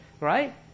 right